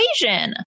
equation